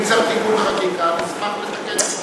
אם צריך תיקון חקיקה, נשמח לתקן את זה.